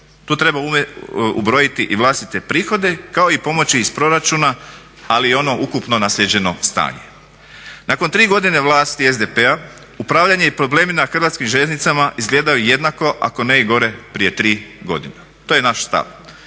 tu treba ubrojiti i vlastite prihode kao i pomoći iz proračuna ali i ono ukupno naslijeđeno stanje. Nakon tri godine vlasti SDP-a upravljanje i problemi na HŽ-u izgledaju jednako ako ne i gore prije tri godine. To je naš stav.